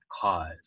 cause